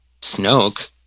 Snoke